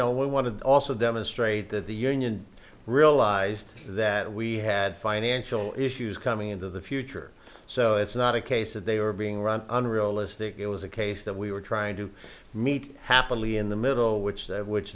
know we want to also demonstrate that the union realized that we had financial issues coming into the future so it's not a case that they were being run unrealistic it was a case that we were trying to meet happily in the middle which